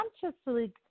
consciously